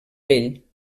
vell